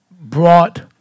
brought